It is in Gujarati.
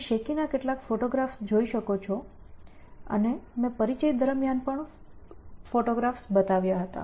તમે શેકી ના કેટલાક ફોટોગ્રાફ્સ જોઈ શકો છો અને મેં પરિચય દરમિયાન પણ ફોટોગ્રાફ્સ બતાવ્યા હતા